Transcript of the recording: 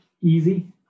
easy